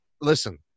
listen